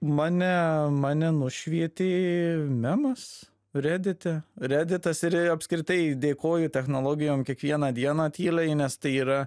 mane mane nušvietė memas redite reditas ir ir apskritai dėkoju technologijom kiekvieną dieną tyliai nes tai yra